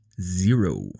Zero